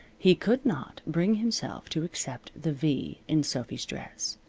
he could not bring himself to accept the v in sophy's dress.